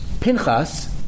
Pinchas